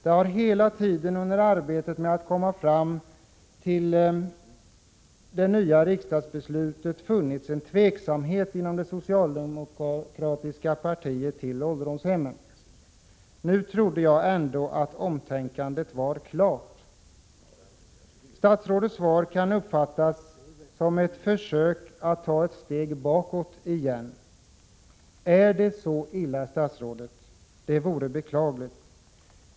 Det har hela tiden under arbetet inför det nyligen fattade riksdagsbeslutet funnits en tveksamhet inom det socialdemokratiska partiet till ålderdomshemmen. Nu trodde jag ändå att omtänkandet var klart. Statsrådets svar kan uppfattas som ett försök att ta ett steg bakåt. Är det så illa, statsrådet? Det vore beklagligt.